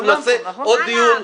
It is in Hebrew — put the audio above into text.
אנחנו נעשה עוד דיון,